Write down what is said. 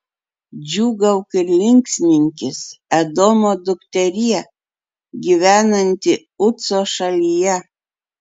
džiūgauk ir linksminkis edomo dukterie gyvenanti uco šalyje